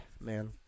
Man